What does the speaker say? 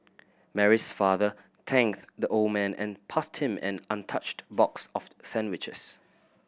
Mary's father thanked the old man and passed him an untouched box of sandwiches